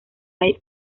hay